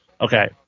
Okay